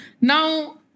Now